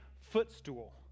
footstool